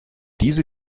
diese